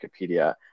Wikipedia